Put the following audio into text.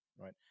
right